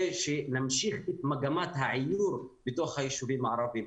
שנמשיך את מגמת העיור בתוך היישוביים הערביים,